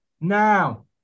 now